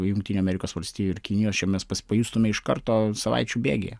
jungtinių amerikos valstijų ir kinijos čia mes pajustume iš karto savaičių bėgyje